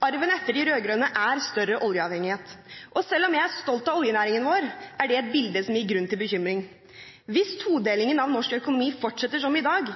Arven etter de rød-grønne er større oljeavhengighet. Og selv om jeg er stolt av oljenæringen vår, er det noe som gir grunn til bekymring. Hvis todelingen av norsk økonomi fortsetter som i dag,